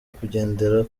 kugendera